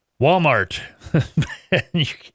Walmart